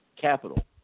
capital